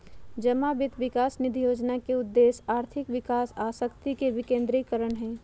जमा वित्त विकास निधि जोजना के उद्देश्य आर्थिक विकास आ शक्ति के विकेंद्रीकरण हइ